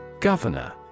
Governor